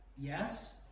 Yes